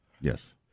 Yes